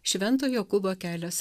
švento jokūbo kelias